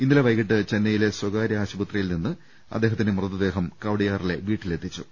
ഇന്നലെ വൈകിട്ട് ചെന്നൈയിലെ സ്വകാര്യ ആശുപത്രിയിൽ നിന്ന് അദ്ദേഹത്തിന്റെ മൃതദേഹം കവടിയാറിലെ വീട്ടിലെത്തിച്ചു